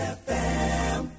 fm